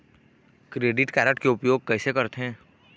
Credit card के उपयोग कैसे करथे?